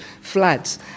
floods